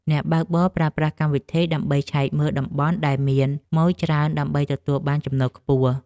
អ្នកបើកបរប្រើប្រាស់កម្មវិធី ដើម្បីឆែកមើលតំបន់ដែលមានម៉ូយច្រើនដើម្បីទទួលបានចំណូលខ្ពស់។